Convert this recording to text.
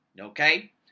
okay